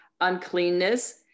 uncleanness